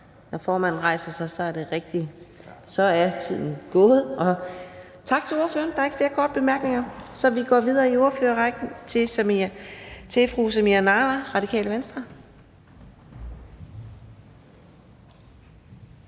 Når formanden rejser sig, er det rigtigt, at tiden er gået. Tak til ordføreren. Der er ikke flere korte bemærkninger, så vi går videre i ordførerrækken til fru Samira Nawa, Radikale Venstre.